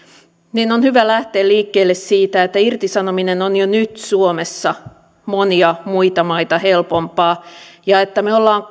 niin on hyvä lähteä liikkeelle siitä että irtisanominen on jo nyt suomessa monia muita maita helpompaa ja että me olemme